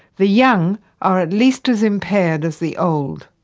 the young are at least as impaired as the old.